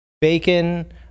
Bacon